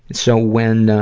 and so when, ah,